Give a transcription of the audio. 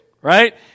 right